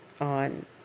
on